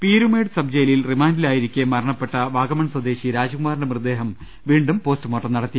Peermade sub ജയിലിൽ റിമാൻഡിലായിരിക്കെ മരണപ്പെട്ട വാഗ മൺ സ്വദേശി രാജ്കുമാറിന്റെ മൃതദേഹം വീണ്ടും പോസ്റ്റമോർട്ടം നടത്തി